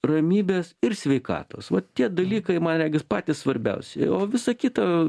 ramybės ir sveikatos va tie dalykai man regis patys svarbiausi o visa kita